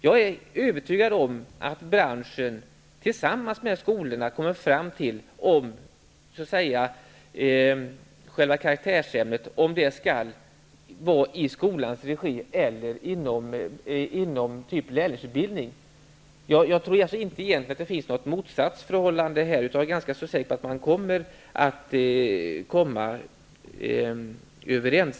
Jag är övertygad om att branschen tillsammans med skolorna kommer fram till om karaktärsämnet skall utövas i skolans regi eller inom en lärlingsutbildning. Jag tror inte att det finns ett motsatsförhållande här, utan jag är ganska säker på att man kommer att bli överens.